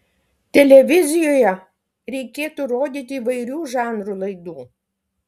televizijoje reikėtų rodyti įvairių žanrų laidų